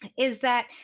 is that